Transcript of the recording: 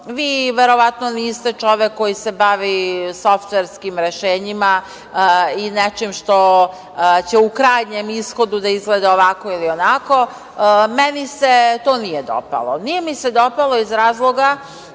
verovatno niste čovek koji se bavi softverskim rešenjima i nečim što će u krajnjem ishodu da izgleda ovako ili onako, meni se to nije dopalo. Nije mi se dopalo iz razloga,